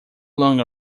long